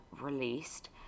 released